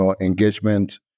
engagement